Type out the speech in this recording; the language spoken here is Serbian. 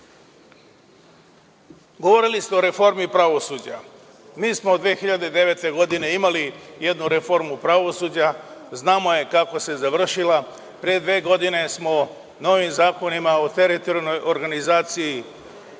ste o reformi pravosuđa. Mi smo 2009. godine imali jednu reformu pravosuđa, znamo kako se završila. Pre dve godine smo novim zakonima o teritorijalnoj organizaciji